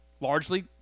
Largely